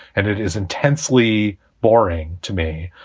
and it is intensely boring to me.